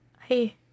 hey